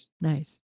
Nice